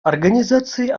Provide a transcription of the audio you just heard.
организации